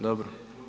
Dobro.